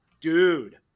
Dude